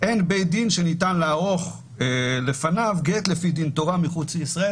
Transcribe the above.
אין בית דין שניתן לערוך בפניו גט לפי דין תורה מחוץ לישראל",